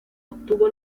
obtuvo